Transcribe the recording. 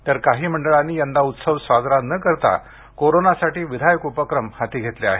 तर काही मंडळांनी यंदा उत्सव साजरा न करता कोरोनासाठी विधायक उपक्रम हाती घेतले आहेत